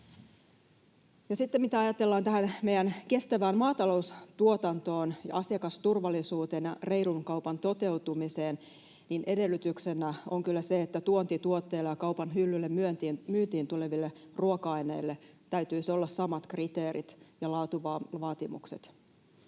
Sitten mitä tulee tähän meidän kestävään maataloustuotantoon ja asiakasturvallisuuteen ja reilun kaupan toteutumiseen, edellytyksenä on kyllä se, että tuontituotteille ja kaupan hyllylle myyntiin tuleville ruoka-aineille täytyisi olla ihan samat kriteerit ja laatuvaatimukset